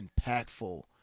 impactful